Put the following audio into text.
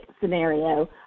scenario